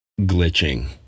glitching